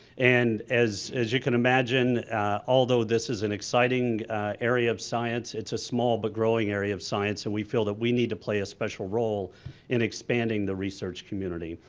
and as as you can imagine although this is an exciting area of science it's a small but growing area of science and we feel that we need to play a special role in expanding the research community.